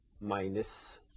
minus